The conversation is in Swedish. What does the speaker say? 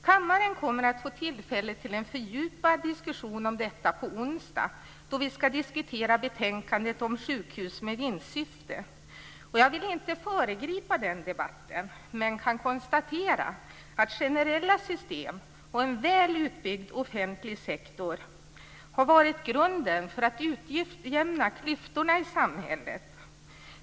Kammaren kommer att få tillfälle till en fördjupad diskussion om detta på onsdag, då vi ska diskutera betänkandet om sjukhus med vinstsyfte. Jag vill inte föregripa den debatten men kan konstatera att generella system och en väl utbyggd offentlig sektor har varit grunden för att utjämna klyftorna i samhället.